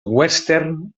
western